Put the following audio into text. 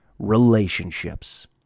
relationships